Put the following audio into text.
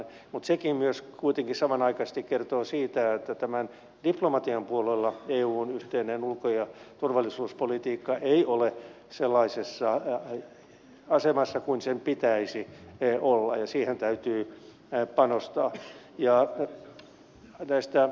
mutta sekin myös kuitenkin samanaikaisesti kertoo siitä että tämän diplomatian puolella eun yhteinen ulko ja turvallisuuspolitiikka ei ole sellaisessa asemassa kuin sen pitäisi olla ja siihen täytyy panostaa